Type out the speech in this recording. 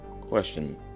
Question